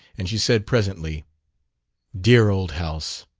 and she said, presently dear old house!